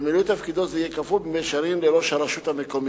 במילוי תפקידו זה הוא יהיה כפוף במישרין לראש הרשות המקומית.